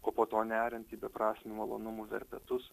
o po to neriant į beprasmių malonumų verpetus